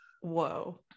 whoa